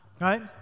right